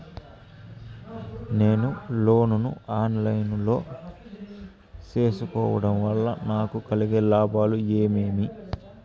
నేను లోను ను online లో సేసుకోవడం వల్ల నాకు కలిగే లాభాలు ఏమేమీ?